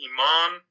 Iman